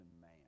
man